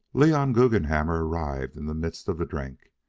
leon guggenhammer arrived in the midst of the drink,